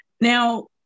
Now